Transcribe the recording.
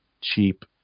cheap